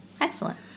Excellent